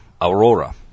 aurora